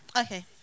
Okay